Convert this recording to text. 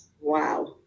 Wow